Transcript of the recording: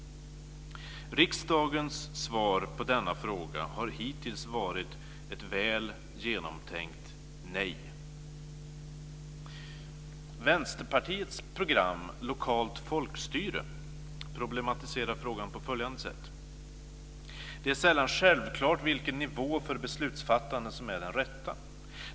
Riksdagens svar på denna fråga har hittills varit ett väl genomtänkt nej. Vänsterpartiets program Lokalt folkstyre problematiserar frågan på följande sätt: "Det är sällan självklart vilken nivå för beslutsfattande som är den rätta.